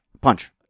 Punch